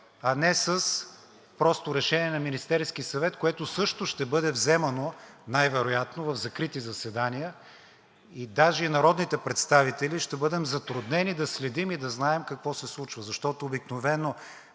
а не просто с решение на Министерския съвет, което също ще бъде вземано, най-вероятно в закрити заседания и даже и народните представители ще бъдем затруднени да следим и да знаем какво се случва, защото обикновено